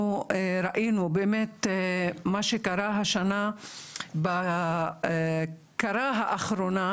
אנחנו ראינו באמת מה שקרה השנה בקרה האחרונה,